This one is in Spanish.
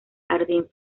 jardín